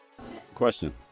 Question